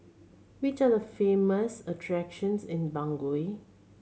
which are the famous attractions in Bangui